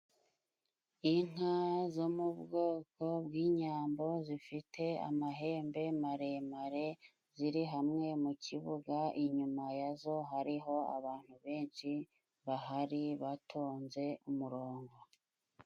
Inka zo mu bwoko bw'inyambo zifite amahembe maremare ziri hamwe mu kibuga inyuma ya zo hariho abantu benshi bahari batonze umurongo.